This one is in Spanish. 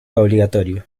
obligatorio